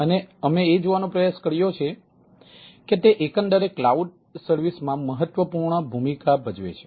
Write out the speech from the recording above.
અને અમે એ જોવાનો પ્રયાસ કર્યો છે કે તે એકંદરે ક્લાઉડ સર્વિસમાં મહત્વપૂર્ણ ભૂમિકા ભજવે છે